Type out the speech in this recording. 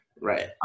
right